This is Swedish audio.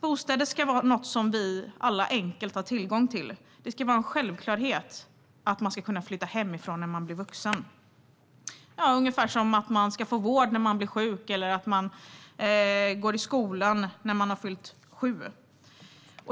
Bostäder ska vara något som vi alla enkelt har tillgång till. Det ska vara en självklarhet att man ska kunna flytta hemifrån när man blir vuxen, ungefär som att man ska få vård när man blir sjuk eller få gå i skolan när man har fyllt sju.